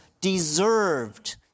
deserved